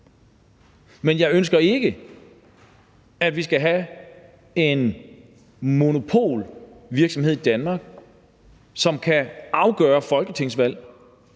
Men jeg ønsker ikke, at vi skal have en monopolvirksomhed i Danmark, som kan afgøre folketingsvalg,